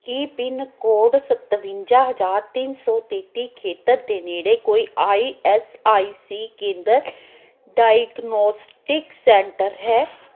ਕੀ pin code ਸਤਵੰਜਾ ਹਜ਼ਾਰ ਤਿੰਨ ਸੌ ਤੇਤੀ ਖੇਤਰ ਦੇ ਨੇੜੇ ਕੋਈ ਆਈ ਐਸ ਆਈ ਸੀ ਕੇਂਦਰ ਡਾਇਗਨੌਸਟਿਕਸ ਸੈਂਟਰ ਹੈ